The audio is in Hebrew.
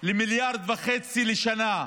למיליארד וחצי לשנה.